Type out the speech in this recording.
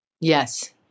Yes